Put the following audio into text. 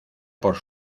por